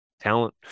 talent